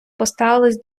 поставилися